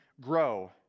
grow